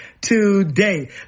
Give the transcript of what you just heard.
today